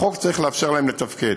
החוק צריך לאפשר להם לתפקד.